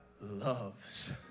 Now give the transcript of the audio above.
loves